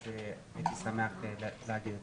אז הייתי שמח להגיד אותם.